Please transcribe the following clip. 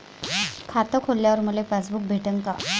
खातं खोलल्यावर मले पासबुक भेटन का?